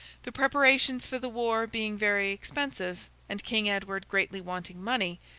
the preparations for the war being very expensive, and king edward greatly wanting money,